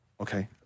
Okay